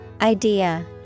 Idea